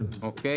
לא עבר.